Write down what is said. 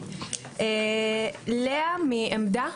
לאה מעמדא.